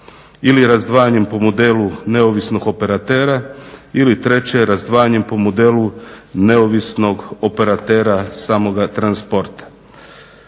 ili razdvajanjem po modelu neovisnog operatera ili treće razdvajanje po modelu neovisnog operatera samoga transporta.